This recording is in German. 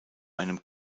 einem